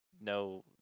no